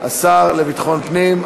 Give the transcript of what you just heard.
השר לביטחון פנים,